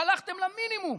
הלכתם למינימום,